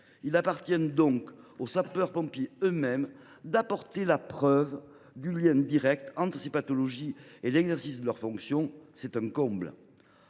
Il appartient donc aux sapeurs pompiers eux mêmes d’apporter la preuve du lien direct entre ces pathologies et l’exercice de leurs fonctions. C’est un comble